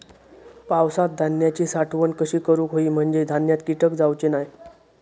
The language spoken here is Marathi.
पावसात धान्यांची साठवण कशी करूक होई म्हंजे धान्यात कीटक जाउचे नाय?